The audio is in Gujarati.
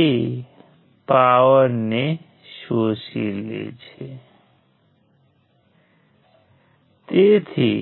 તેથી 1 6 7 તેથી